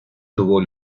tuvo